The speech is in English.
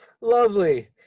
lovely